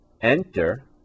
enter